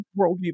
worldview